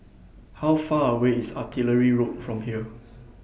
How Far away IS Artillery Road from here